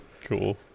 cool